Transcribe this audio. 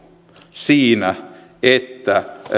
siinä että